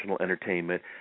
entertainment